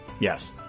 Yes